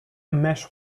mesh